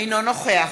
אינו נוכח